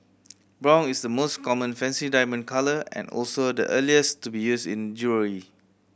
brown is the most common fancy diamond colour and also the earliest to be used in jewellery